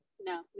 no